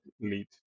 lead